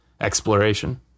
exploration